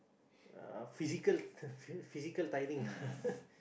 uh physical physical tiring